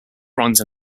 runs